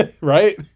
Right